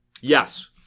Yes